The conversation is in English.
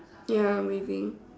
ya I'm waving